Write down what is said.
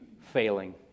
failing